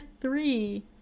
three